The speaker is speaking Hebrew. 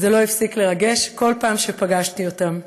זה לא הפסיק לרגש בכל פעם שפגשתי אותם.